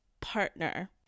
partner